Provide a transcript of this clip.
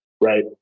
right